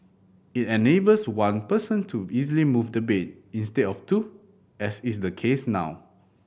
it enables one person to easily move the bed instead of two as is the case now